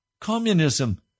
communism